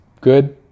good